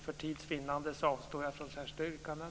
För tids vinnande avstår jag från särskilda yrkanden.